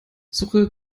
suche